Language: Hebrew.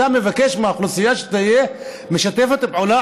אתה מבקש מהאוכלוסייה שתהיה משתפת פעולה